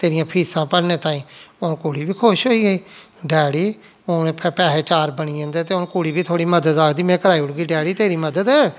तेरियां फीसां भरने ताईं हून कुड़ी बी खुश होई गेई डैडी हून पैहे चार बनी जंदे ते हून कुड़ी बी थोह्ड़ी मदद आखदी में कराई ओड़गी डैडी तेरी मदद